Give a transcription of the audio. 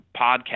podcast